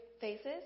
Faces